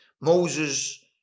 Moses